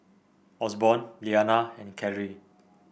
Osborn Liana and Cary